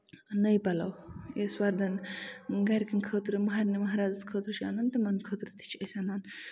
نٔے پَلو یُس وَردَن گرِکٮ۪ن خٲطرٕ مَہرٮ۪ن مَہرازَس خٲطرٕ چھُ اَنان تِمن خٲطرٕ تہِ چھِ أسۍ اَنان